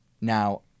now